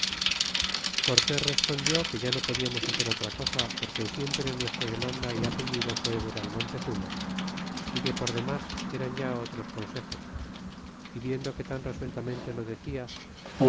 cortés respondió que ya no podiamos hacer otra cosa porque siempre nuestra demanda y apellido fué ver al montezuma é que por demas eran ya otros consejos y viendo que tan resueltamente lo decia